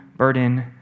burden